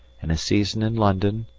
and a season in london,